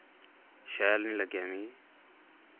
शैल निं लग्गेया मि